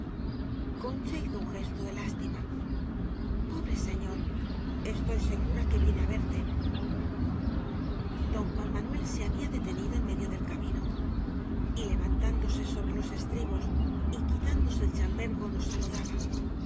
concha hizo un gesto de lástima pobre señor estoy segura que viene á verte don juan manuel se había detenido en me dio del camino y levantándose sobre los es tribos y quitándose el chambergo nos